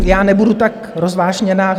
Já nebudu tak rozvášněná.